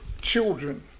children